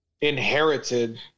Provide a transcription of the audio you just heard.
inherited